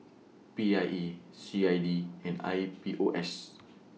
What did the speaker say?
P I E C I D and I P O S